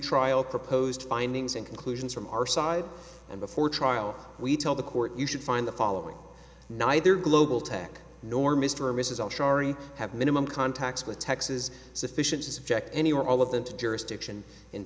pretrial proposed findings and conclusions from our side and before trial we tell the court you should find the following neither global tech nor mr or mrs all shari have minimum contacts with texas sufficient to subject any or all of them to jurisdiction in